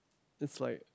it's like